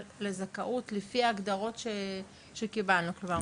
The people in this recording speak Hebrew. לזכאות לפי ההגדרות שקיבלנו כבר.